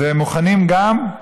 והם מוכנים גם,